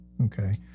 okay